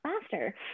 faster